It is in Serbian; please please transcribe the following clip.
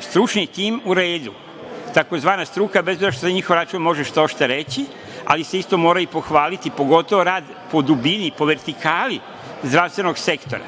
stručni tim uredu, tzv. struka, bez obzira što se na njihov račun može što šta reći, ali se isto mora i pohvaliti, pogotovo rad po dubini, po vertikali zdravstvenog sektora.